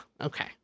okay